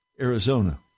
Arizona